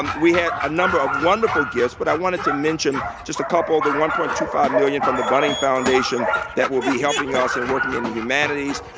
um we had a number of wonderful gifts, but i wanted to mention just a couple. the one point two five million dollars from the bunning foundation that will be helping us in working in the humanities.